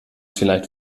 vielleicht